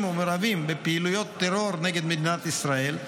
ומעורבים בפעילויות טרור נגד מדינת ישראל,